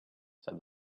said